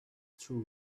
true